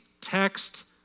text